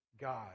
God